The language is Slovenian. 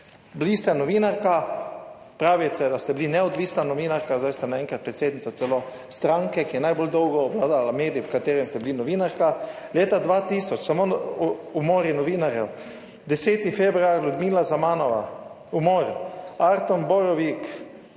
Bila ste novinarka, pravite, da ste bili neodvisna novinarka, zdaj ste naenkrat predsednica celo stranke, ki je najbolj dolgo obvladala medij, v katerem ste bili novinarka. Leta 2000 samo umori novinarjev, 10. februar Ljudmila Zamanova - umor, Artom Borjovik